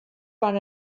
van